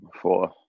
four